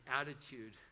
attitude